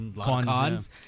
cons